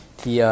Thì